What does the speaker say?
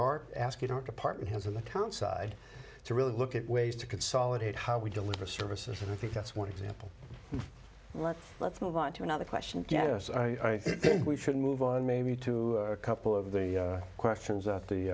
don't department has an account side to really look at ways to consolidate how we deliver services and i think that's one example let's let's move onto another question yes i think we should move on maybe to a couple of the questions at the